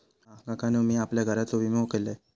हा, काकानु मी आपल्या घराचो विमा केलंय